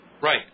Right